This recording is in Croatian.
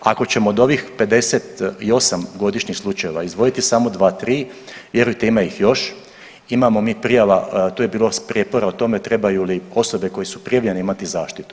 Ako ćemo od ovih 58 godišnjih slučajeva izdvojiti samo dva, tri vjerujte ima ih još, imamo mi prijava tu je bilo prijepora o tome trebaju li osobe koje su prijavljene imati zaštitu.